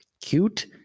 cute